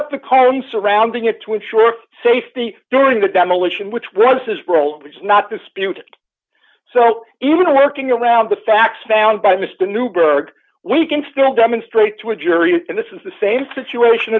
up the car and surrounding it to ensure safety during the demolition which was his role was not dispute so even working around the facts found by mr newburgh we can still demonstrate to a jury and this is the same situation